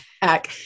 back